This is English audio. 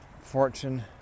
fortune